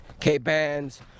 K-Bands